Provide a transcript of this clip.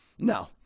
No